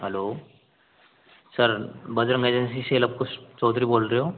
hello sir बजर मेजेंसी से लव कुश चौधरी बोल रहे हो